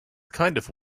kinda